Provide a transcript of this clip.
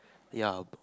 yeah